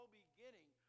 beginning